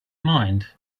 mind